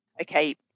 okay